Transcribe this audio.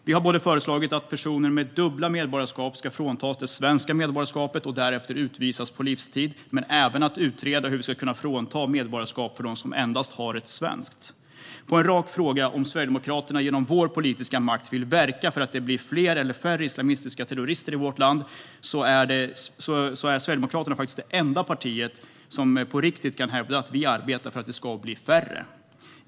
Vi har både föreslagit att personer med dubbla medborgarskap ska fråntas det svenska medborgarskapet och därefter utvisas på livstid och att utreda hur vi ska kunna frånta medborgarskap för dem som endast har ett svenskt. På en rak fråga om Sverigedemokraterna genom vår politiska makt vill verka för att det blir fler eller färre islamistiska terrorister i vårt land är Sverigedemokraterna faktiskt det enda partiet som på riktigt kan hävda att vi arbetar för att det ska bli färre.